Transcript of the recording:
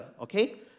Okay